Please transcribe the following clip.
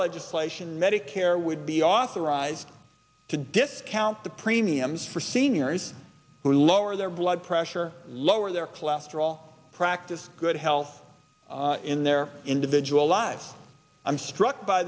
legislation medicare would be authorized to discount premiums for seniors who lower their blood pressure lower their cholesterol practice good health in their individual lives i'm struck by